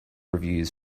reviews